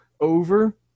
over